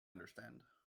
understand